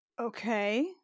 okay